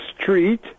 street